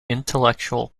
intellectual